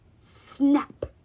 Snap